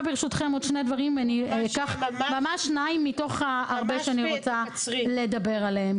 ברשותכם עוד שני דברים מתוך הרבה דברים שאני רוצה לדבר עליהם.